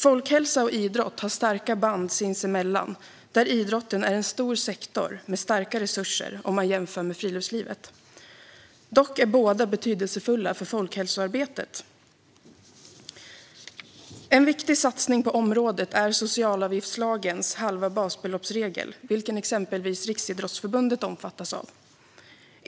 Folkhälsa och idrott har starka band sinsemellan, och idrotten är en stor sektor med starka resurser om man jämför med friluftslivet. Dock är båda betydelsefulla för folkhälsoarbetet. En viktig satsning på området är socialavgiftslagens halva-basbelopps-regel, vilken exempelvis Riksidrottsförbundet omfattas av.